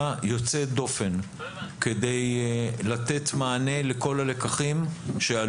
יוצאת דופן כדי לתת מענה לכל הלקחים שעלו.